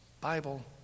Bible